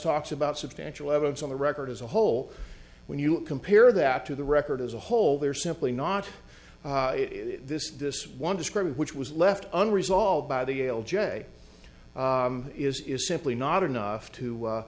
talks about substantial evidence on the record as a whole when you compare that to the record as a whole there are simply not this this one description which was left unresolved by the yale j is is simply not enough to